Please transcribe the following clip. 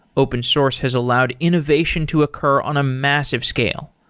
open source has allowed innovation to occur on a massive scale.